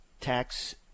tax